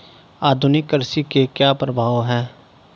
आधुनिक कृषि के क्या प्रभाव हैं?